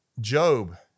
Job